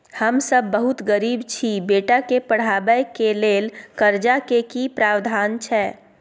हम सब बहुत गरीब छी, बेटा के पढाबै के लेल कर्जा के की प्रावधान छै?